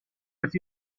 with